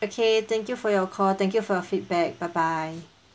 okay thank you for your call thank you for your feedback bye bye